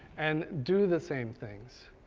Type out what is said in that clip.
and do the same things.